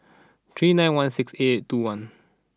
three nine one six eight two one